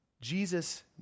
Jesus